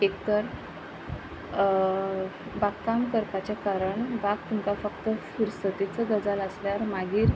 एक तर बाग काम करपाचें कारण बाग तुमकां फक्त फुरसतीचो गजाल आसल्यार मागीर